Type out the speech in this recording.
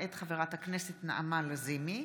מאת חברת הכנסת נעמה לזימי,